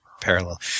parallel